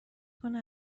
کنه